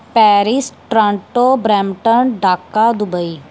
Paris Toronto Brampton Dhaka Dubai